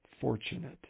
fortunate